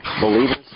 Believers